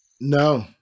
No